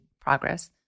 progress